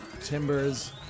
timbers